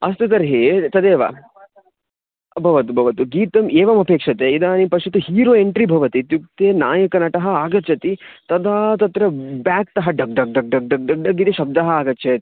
अस्तु तर्हि तदेव भवतु भवतु गीतम् एवमपेक्षते इदानीं पश्यतु हीरो एण्ट्रि भवति इत्युक्ते नायकनटः आगच्छति तदा तत्र बेक्तः डग् डग् डग् डग् डग् डग् इति शब्दः आगच्छेत्